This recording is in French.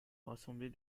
rassembler